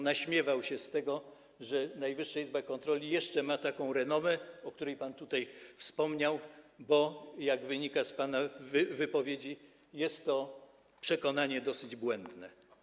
naśmiewał się z tego, że Najwyższa Izba Kontroli jeszcze ma taką renomę, o której pan tutaj wspomniał, bo jak wynika z pana wypowiedzi, jest to przekonanie dosyć błędne.